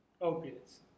opiates